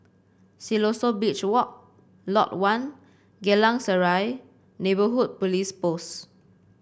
Siloso Beach Walk Lot One Geylang Serai Neighbourhood Police Post